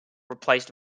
replaced